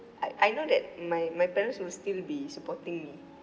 I I know that my my parents will still be supporting me